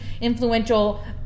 influential